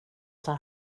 tar